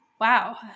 Wow